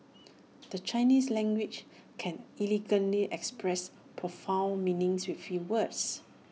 the Chinese language can elegantly express profound meanings with few words